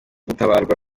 gutabarwa